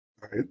right